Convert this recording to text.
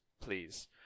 please